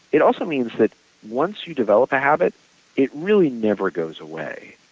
it also means that once you develop a habit it really never goes away.